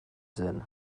zen